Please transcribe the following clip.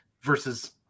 versus